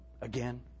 again